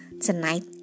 Tonight